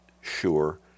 Sure